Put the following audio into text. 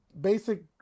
Basic